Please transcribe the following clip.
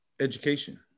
education